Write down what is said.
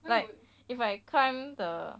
like if I climb the